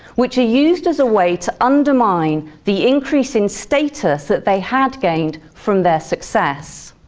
which are used as a way to undermine the increasing status that they had gained from their success.